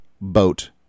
boat